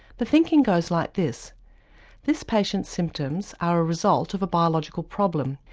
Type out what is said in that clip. the thinking goes like this this patient's symptoms are a result of a biological problem,